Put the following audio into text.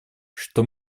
что